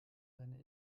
seine